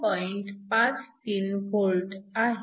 53V आहे